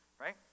right